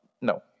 No